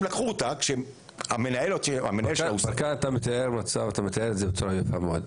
אתה מתאר מצב ואתה מתאר את זה בצורה יפה מאוד.